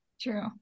true